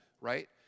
right